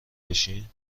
بشین